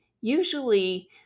usually